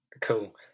cool